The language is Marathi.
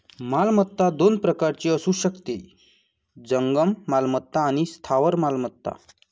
मालमत्ता दोन प्रकारची असू शकते, जंगम मालमत्ता आणि स्थावर मालमत्ता